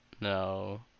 No